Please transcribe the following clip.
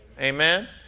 Amen